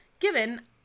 Given